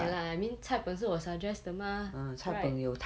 ya lah I mean 菜 peng 是我 suggest the mah right